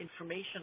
information